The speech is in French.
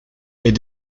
est